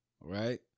Right